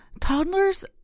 toddlers